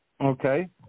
Okay